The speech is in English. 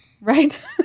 Right